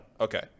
Okay